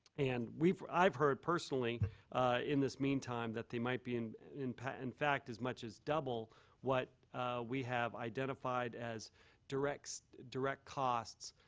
and we've i've heard personally in this meantime that they might be in and fact as much as double what we have identified as direct direct costs.